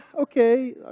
okay